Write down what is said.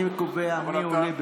אני קובע מי עולה.